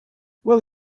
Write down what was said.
will